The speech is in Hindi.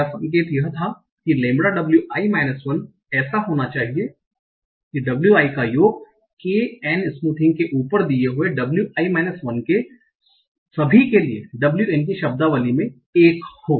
मेरा संकेत यह था कि लैम्ब्डा w i माइनस 1 ऐसा होना चाहिए कि w i का योग k n स्मूथिंग के उपर दिये हुए w i माइनस 1 के सभी के लिए w n की शब्दावली में 1 हो